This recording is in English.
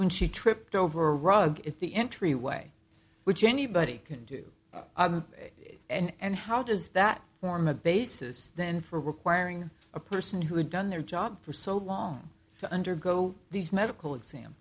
when she tripped over a rug at the entryway which anybody can do and how does that form a basis then for requiring a person who had done their job for so long to undergo these medical exam